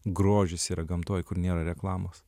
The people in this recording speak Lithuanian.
grožis yra gamtoj kur nėra reklamos